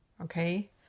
okay